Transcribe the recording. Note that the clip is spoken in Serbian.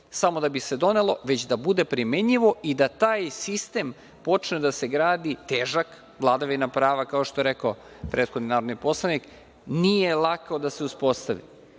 samo da bi se donelo, već da bude primenjivo i da taj sistem počne da se gradi, težak, vladavina prava, kao što je rekao prethodni narodni poslanik, nije lako da se uspostavi